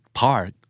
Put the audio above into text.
park